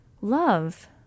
love